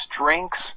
drinks